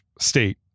state